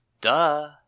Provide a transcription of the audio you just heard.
Duh